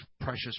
precious